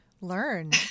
learn